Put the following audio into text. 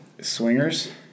Swingers